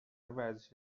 ورزش